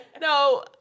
No